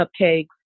cupcakes